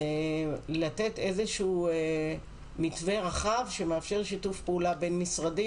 לתת איזשהו מתווה רחב שמאפשר שיתוף פעולה בין-משרדי